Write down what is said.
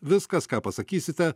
viskas ką pasakysite